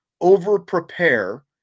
over-prepare